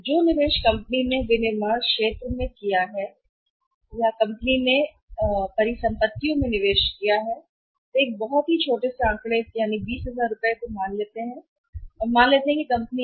और निवेश जो कंपनी ने किया है वह विनिर्माण क्षेत्र में है कंपनी द्वारा बनाई गई परिसंपत्तियों में परिसंपत्तियों का निवेश है जो कि मान लिया जा सकता है छोटे आंकड़े 20000 रुपए और कंपनी एक साल में 360 यूनिट बनाती है